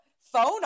phone